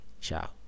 ciao